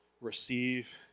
receive